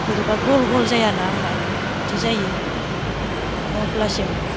बोरैबा गल गल जायाना होनबा बिदि जायो अब्लासिम